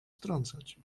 strącać